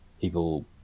people